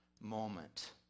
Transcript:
moment